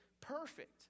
perfect